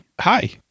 hi